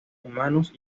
humanos